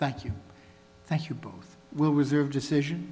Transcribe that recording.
thank you thank you both will reserve decision